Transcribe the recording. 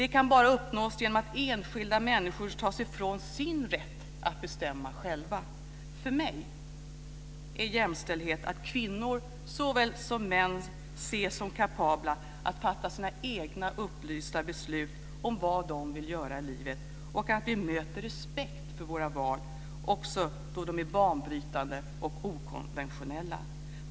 Det kan bara uppnås genom att enskilda människor tas ifrån sin rätt att bestämma själva. För mig är jämställdhet att kvinnor såväl som män ses som kapabla att fatta sina egna upplysta beslut om vad vi vill göra i livet - och att vi möter respekt för våra val också då de är banbrytande och okonventionella.